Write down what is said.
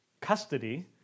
custody